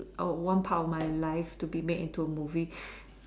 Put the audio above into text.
oh one part of my life to be made into a movie